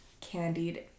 candied